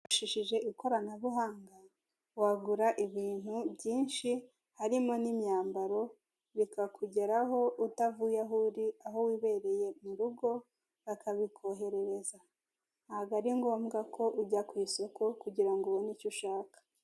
Uyu ni umuntu uri kwamamaza izi nkweto ko zigura amafaranga maganatanu y'amanyarwanda bagatanga n'urubuga ko rwitwa kigure akabomo rawa.